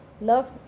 Love